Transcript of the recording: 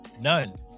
none